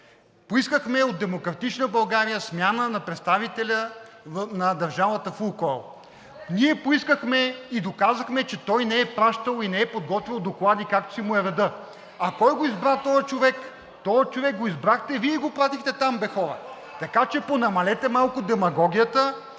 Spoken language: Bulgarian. поискахме от „Демократична България“ смяна на представителя на държавата в „Лукойл“. Ние поискахме и доказахме, че той не е пращал и не е подготвял доклади, както си му е редът. А кой го избра този човек? Този човек го избрахте Вие и го пратихте там бе, хора. Така че понамалете малко демагогията.